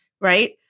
Right